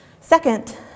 Second